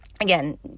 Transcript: again